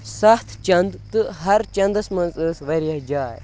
سَتھ چَندٕ تہٕ ہر چَندَس منٛز ٲس واریاہ جاے